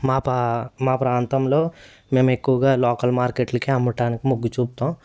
మా పా ప్రాంతంలో మేము ఎక్కువగా లోకల్ మార్కెట్లకి అమ్మటానికి మొగ్గు చూపుతాము